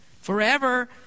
Forever